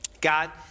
God